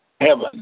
heaven